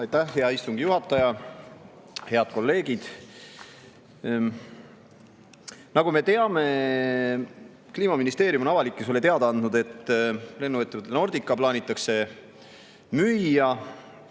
Aitäh, hea istungi juhataja! Head kolleegid! Nagu me teame, Kliimaministeerium on avalikkusele teada andnud, et lennuettevõte Nordica plaanitakse maha